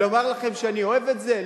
לומר לכם שאני אוהב את זה,